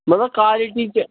مطلب کالٹی تہِ